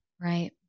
right